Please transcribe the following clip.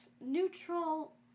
neutral